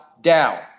down